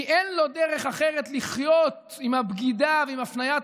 כי אין לו דרך אחרת לחיות עם הבגידה ועם הפניית